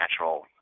natural